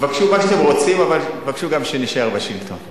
תבקשו מה שאתם רוצים, אבל תבקשו גם שנישאר בשלטון.